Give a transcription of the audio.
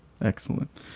excellent